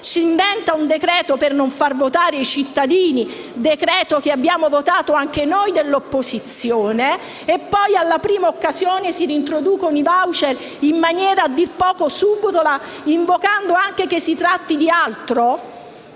si inventa un decreto-legge per non far votare i cittadini, decreto-legge che abbiamo votato anche noi dell'opposizione, e poi alla prima occasione si reintroducono i *voucher* in maniera a dir poco subdola, invocando anche che si tratti di altro?